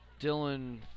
Dylan